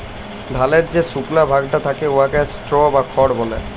ধালের যে সুকলা ভাগটা থ্যাকে উয়াকে স্ট্র বা খড় ব্যলে